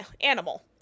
animal